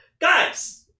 guys